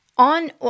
On